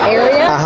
area